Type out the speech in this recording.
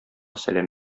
сәлам